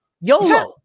Yolo